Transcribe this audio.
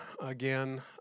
again